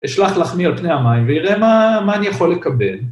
‫אשלח לחמי על פני המים ‫ויראה מה אני יכול לקבל.